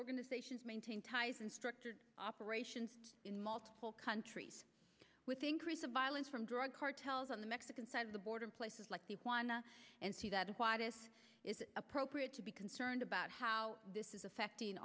organizations maintain ties and structured operations in multiple countries with the increase of violence from drug cartels on the mexican side of the border places like wanna see that this is appropriate to be concerned about how this is affecting